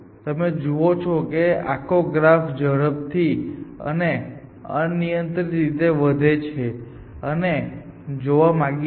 તમે જુઓ છો કે આખો ગ્રાફ ઝડપથી અને અનિયંત્રિત રીતે વધે છે અને અમે તે જોવા માંગીએ છીએ